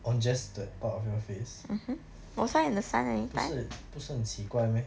on just that part of your face 不是不是很奇怪 meh